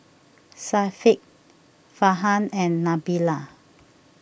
Syafiq Farhan and Nabila